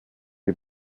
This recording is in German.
die